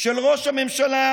של ראש הממשלה,